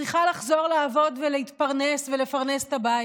צריכה לחזור לעבוד ולהתפרנס ולפרנס את הבית,